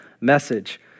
message